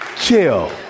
Chill